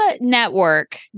network